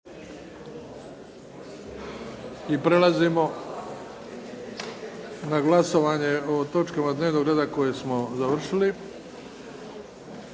I prelazimo na glasovanje o točkama dnevnog reda koje smo završili.